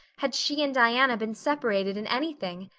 had she and diana been separated in anything.